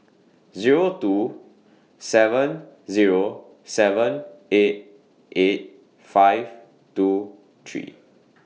Zero two seven Zero seven eight eight five two three